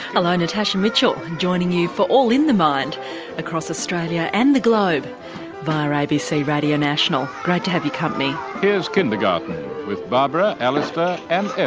hello, natasha mitchell joining you for all in the mind across australia and the globe via abc radio national, great to have your company. here's kindergarten with barbara, alistair and